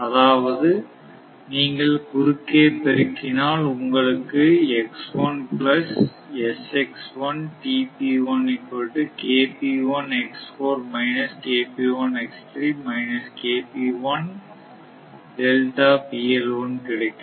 அதாவது நீங்கள் குறுக்கே பெருகினால் உங்களுக்கு கிடைக்கும்